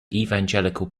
evangelical